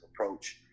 approach